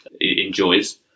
enjoys